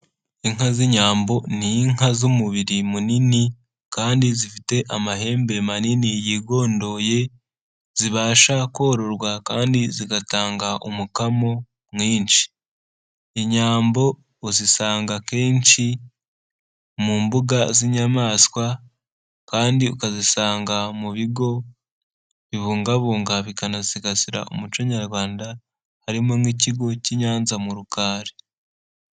Inka z'inyambo ni inka z'umubiri munini kandi zifite amahembe manini yigondoye zibasha kororwa kandi zigatanga umukamo mwinshi, inyambo uzisanga akenshi mu mbuga z'inyamaswa kandi ukazisanga mu bigo bibungabunga bikanasigasira umuco nyarwanda harimo nk'ikigo cy'Inyanza mu Rukari.